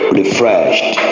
refreshed